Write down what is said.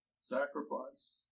sacrifice